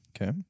Okay